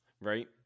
Right